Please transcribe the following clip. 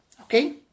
Okay